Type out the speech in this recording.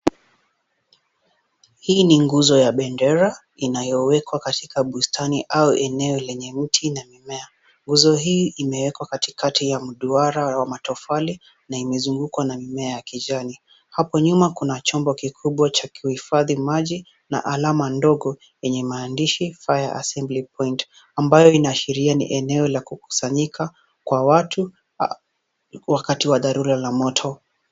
Hii ni nguzo ya bendera inayowekwa katika bustani au eneo lenye mti na mimea. Nguzo hii imewekwa katikati ya mduara wa matofali na imezungukwa na mimea ya kijani. Hapo nyuma kuna chombo kikubwa cha kuhifadhi maji na alama ndogo yenye maandishi fire assembly point ambayo inaashiria ni eneo la kukusanyika kwa watu wakati wa dharura la moto.